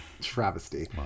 travesty